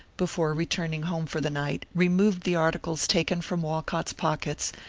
before returning home for the night, removed the articles taken from walcott's pockets,